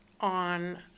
on